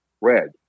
red